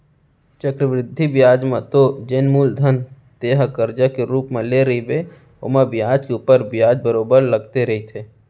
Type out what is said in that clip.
चक्रबृद्धि बियाज म तो जेन मूलधन तेंहा करजा के रुप म लेय रहिबे ओमा बियाज के ऊपर बियाज बरोबर लगते रहिथे